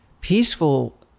peaceful